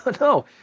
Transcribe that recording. no